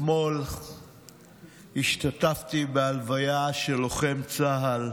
אתמול השתתפתי בהלוויה של לוחם צה"ל,